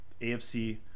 afc